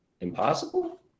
impossible